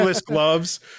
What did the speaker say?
gloves